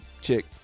Chick